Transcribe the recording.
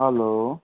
hello